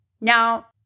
Now